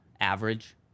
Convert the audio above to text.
average